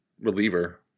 reliever